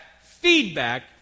feedback